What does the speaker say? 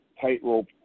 tightrope